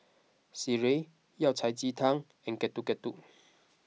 Sireh Yao Cai Ji Tang and Getuk Getuk